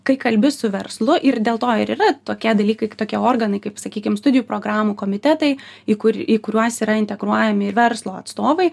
kai kalbi su verslu ir dėl to ir yra tokie dalykai tokie organai kaip sakykim studijų programų komitetai į kur į kuriuos yra integruojami ir verslo atstovai